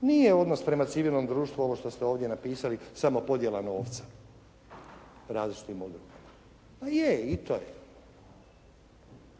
Nije odnos prema civilnom društvu ovo što ste ovdje napisali samo podjela novca, različitim odlukama, pa je, i to je,